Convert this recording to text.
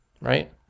right